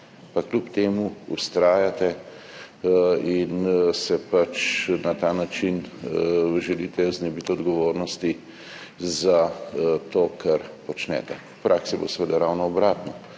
Pa kljub temu vztrajate in se pač na ta način želite znebiti odgovornosti za to, kar počnete. V praksi bo seveda ravno obratno.